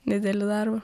didelį darbą